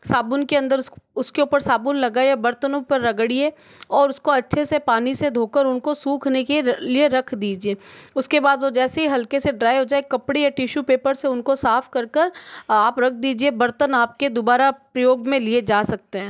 साबुन के अंदर उस उसके ऊपर साबुन लगाए बर्तनों पर रगड़ीए और उसको अच्छे से पानी से धोकर उनको सूखने के लिए रख दीजिए उसके बाद वो जैसे ही हल्के से ड्राई हो जाए कपड़े या टिशू पेपर से उनका साफ कर कर आप रख दीजिए बर्तन आपके दोबारा प्रयोग में लिए जा सकते हैं